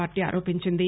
పార్లీ ఆరోపించింది